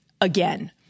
again